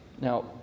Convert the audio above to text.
Now